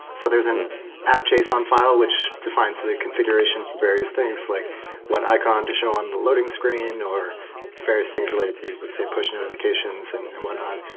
so there's an up chase on file, which defines the configuration for various things like what icon to show on the loading screen or various things related to, let's say, push notifications and and whatnot.